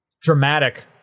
dramatic